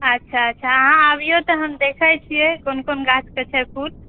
अच्छा अच्छा अच्छा अहाँ आबिऔ तहन देखै छियै कोन कोन गाछके छै फुल